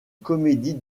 comédie